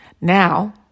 Now